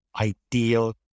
ideal